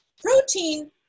protein